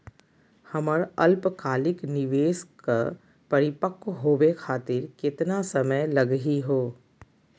हमर अल्पकालिक निवेस क परिपक्व होवे खातिर केतना समय लगही हो?